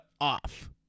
off